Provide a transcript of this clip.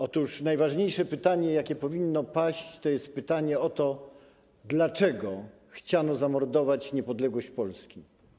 Otóż najważniejsze pytanie, jakie powinno paść, to jest pytanie o to, dlaczego chciano zamordować niepodległość Polski.